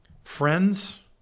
friends